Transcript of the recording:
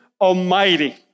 Almighty